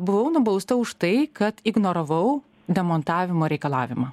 buvau nubausta už tai kad ignoravau demontavimo reikalavimą